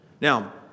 Now